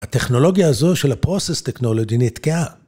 ‫הטכנולוגיה הזו של הפרוסס טכנולוגי ‫נתקעה.